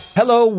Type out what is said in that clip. Hello